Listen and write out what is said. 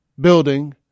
building